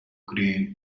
green